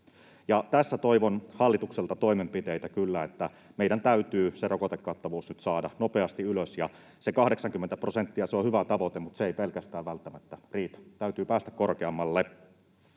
Tässä toivon hallitukselta toimenpiteitä kyllä — meidän täytyy se rokotekattavuus nyt saada nopeasti ylös. Se 80 prosenttia on hyvä tavoite, mutta se ei pelkästään välttämättä riitä, täytyy päästä korkeammalle.